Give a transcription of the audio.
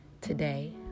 Today